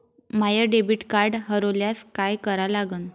माय debit card हरोल्यास काय करा लागन?